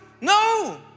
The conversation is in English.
No